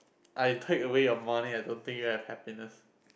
I take away your money I don't think you'll have happiness